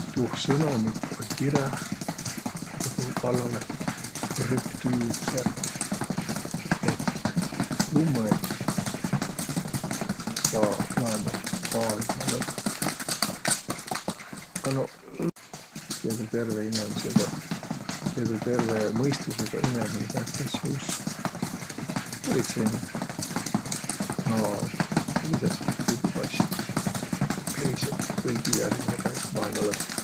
Tuuh sõnimih oll' kiräh, ku tä tuu vallalõ krüptiirse, et hummõn saa olõma maailmalõpp. A noq, kiä tuu terve inemisega, kiä tuu terve mõistusõga inemine säänest asja usk? Politseinik naard' ja visas' tuu prügükasti. Periselt tull'gi järgmäne päiv maailmalõpp.